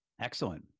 Excellent